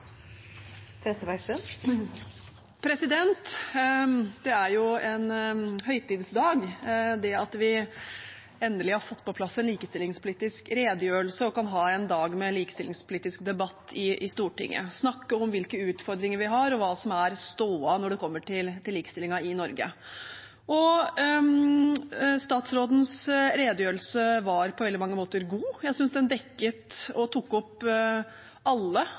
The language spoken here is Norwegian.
jo en høytidsdag ved at vi endelig har fått på plass en likestillingspolitisk redegjørelse og kan ha en dag med likestillingspolitisk debatt i Stortinget – snakke om hvilke utfordringer vi har, og hva som er stoda når det kommer til likestillingen i Norge. Statsrådens redegjørelse var på veldig mange måter god. Jeg synes den dekket og tok opp alle